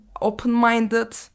open-minded